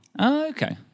Okay